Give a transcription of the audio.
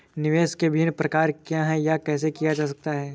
निवेश के विभिन्न प्रकार क्या हैं यह कैसे किया जा सकता है?